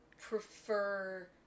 prefer